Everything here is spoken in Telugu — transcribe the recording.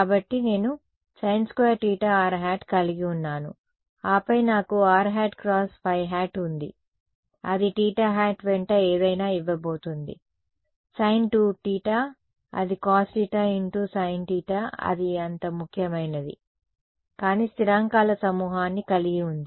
కాబట్టి నేను sin2 θ r కలిగి ఉన్నాను ఆపై నాకు rϕ ఉంది అది θ వెంట ఏదైనా ఇవ్వబోతుంది sin 2θ అది cos θ × sin θ అది అంత ముఖ్యమైనది కాని స్థిరాంకాల సమూహాన్ని కలిగి ఉంది